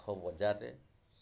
କୋଉ ବଜାର୍ରେ